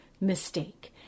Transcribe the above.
mistake